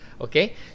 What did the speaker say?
Okay